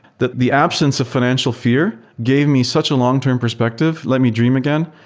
the the absence of financial fear gave me such a long-term perspective, let me dream again,